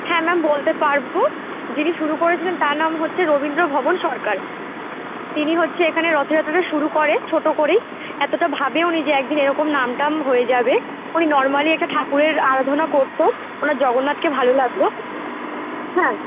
হ্যাঁ ম্যাম বলতে পারব যিনি শুরু করেছিলেন তার নাম হচ্ছে রবীন্দ্র ভবন সরকার তিনি হচ্ছে এখানে রথযাত্রাটা এখানে শুরু করে ছোট করেই এতটা ভাবেওনি যে একদিন এরকম নাম টাম হয়ে যাবে উনি নর্মালি এটা ঠাকুরের আরাধনা করত ওনার জগন্নাথকে ভালো লাগত হ্যাঁ